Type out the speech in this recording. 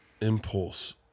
impulse